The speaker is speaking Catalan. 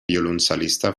violoncel·lista